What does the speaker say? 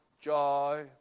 joy